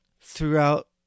throughout